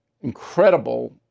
incredible